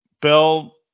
Bell